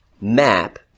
map